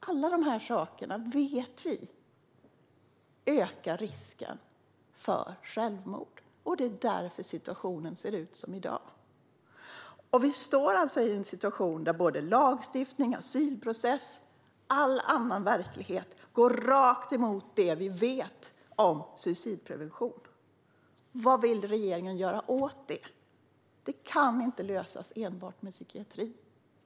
Alla dessa saker vet vi ökar risken för självmord, och det är därför situationen ser ut som den gör i dag. Vi står alltså i en situation där såväl lagstiftning som asylprocess och all annan verklighet går rakt emot det vi vet om suicidprevention. Vad vill regeringen göra åt det? Det kan inte lösas enbart med psykiatri.